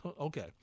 Okay